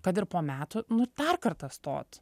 kad ir po metų nu dar kartą stot